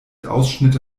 ausschnitte